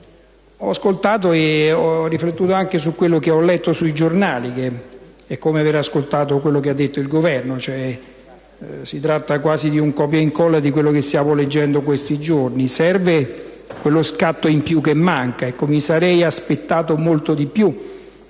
il Governo e ho riflettuto anche su quello che ho letto sui giornali, che è come aver ascoltato quello che ha detto il Governo, perché si tratta quasi di un copia-incolla di quello che stiamo leggendo in questi giorni. Serve quello scatto in più, che invece manca: mi sarei aspettato molto di più